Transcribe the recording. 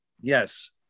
Yes